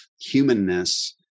humanness